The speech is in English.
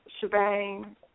shebang